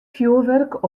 fjurwurk